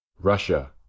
Russia